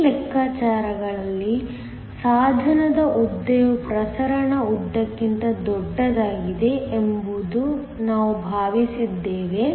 ಈ ಲೆಕ್ಕಾಚಾರಗಳಲ್ಲಿ ಸಾಧನದ ಉದ್ದವು ಪ್ರಸರಣ ಉದ್ದಕ್ಕಿಂತ ದೊಡ್ಡದಾಗಿದೆ ಎಂದು ನಾವು ಭಾವಿಸಿದ್ದೇವೆ